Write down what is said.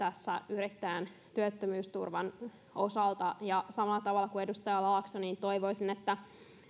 yrittäjän työttömyysturvan osalta ja samalla tavalla kuin edustaja laakso toivoisin että